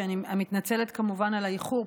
שאני מתנצלת כמובן על האיחור,